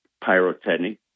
pyrotechnic